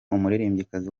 umuririmbyikazi